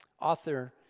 Author